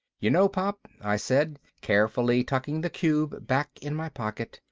you know, pop, i said, carefully tucking the cube back in my pocket,